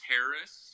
Harris